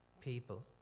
people